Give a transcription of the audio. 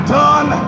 done